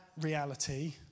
reality